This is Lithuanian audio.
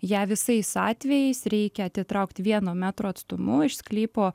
ją visais atvejais reikia atitraukt vieno metro atstumu iš sklypo